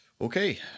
Okay